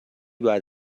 بعد